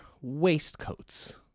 waistcoats